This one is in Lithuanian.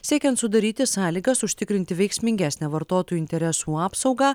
siekiant sudaryti sąlygas užtikrinti veiksmingesnę vartotojų interesų apsaugą